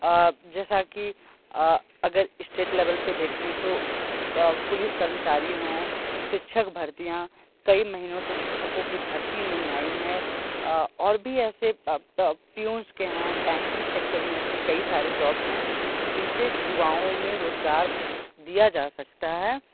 जैसा की अगर स्टेट लेवल पर देखें तो पुलिस कर्मचारी है शिक्षक भर्तियाँ कई महीनों से शिक्षकों की भर्ती नहीं आई है और भी ऐसे पीउन्स के हैं बैंकिंग सेक्टर में ऐसे कई सारे जॉब्स हैं जिनसे युवाओं में रोजगार दिया जा सकता है